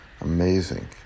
amazing